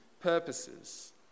purposes